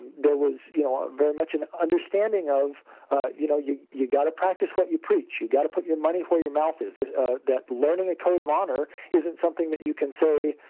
there was you know um very much an understanding of you know you you got to practice what you preach, you got to put your money where your mouth is, that learning a code of honor isn't something you can say,